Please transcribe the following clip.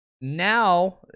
now